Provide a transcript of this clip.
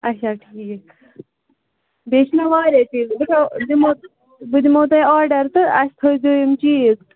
اَچھا ٹھیٖک بیٚیہِ چھِ مےٚ واریاہ چیٖز بہٕ تھَوہو دِمو بہٕ دِمو تۄہہِ آرڈر تہٕ اَسہِ تھٲوِزیٚو یِم چیٖز